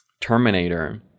Terminator